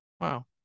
Wow